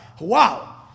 Wow